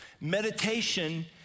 Meditation